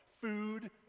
food